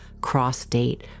cross-state